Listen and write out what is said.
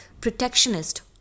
protectionist